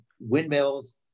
windmills